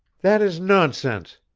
that is nonsense.